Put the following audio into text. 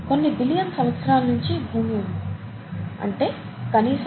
కొన్ని బిలియన్ సంవత్సరాలనించి భూమి ఉంది అంటే కనీసం 4